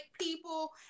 people